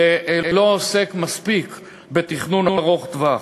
ולא עוסק מספיק בתכנון ארוך-טווח.